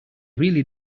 really